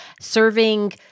Serving